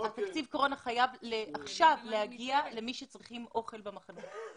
תקציב הקורונה חייב להגיע עכשיו למי שצריך אוכל במחנה.